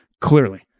Clearly